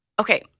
Okay